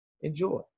enjoy